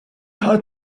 heart